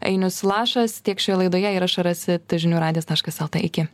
ainius lašas tiek šioje laidoje įrašą rasit žinių radijas taškas lt iki